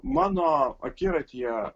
mano akiratyje